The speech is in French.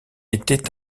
était